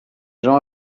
gens